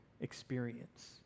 experience